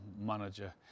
manager